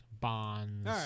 Bonds